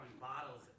bottles